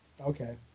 Okay